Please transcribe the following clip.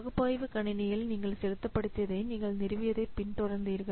பகுப்பாய்வு கணினியில் நீங்கள் செயல்படுத்தியதை நீங்கள் நிறுவியதைப் பின்தொடர்ந்தீர்கள்